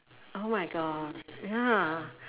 oh my God ya